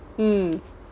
mm